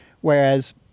whereas